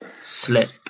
slip